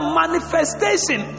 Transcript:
manifestation